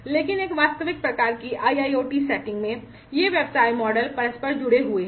लेकिन एक वास्तविक प्रकार की IIoT सेटिंग में ये व्यवसाय मॉडल परस्पर जुड़े हुए हैं